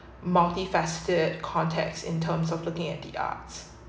multifaceted contexts in terms of looking at the arts